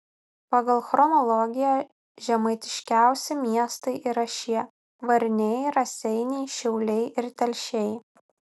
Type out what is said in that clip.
pagal chronologiją žemaitiškiausi miestai yra šie varniai raseiniai šiauliai ir telšiai